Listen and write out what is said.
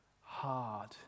hard